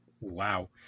Wow